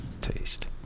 taste